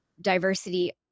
diversity